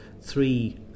three